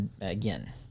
again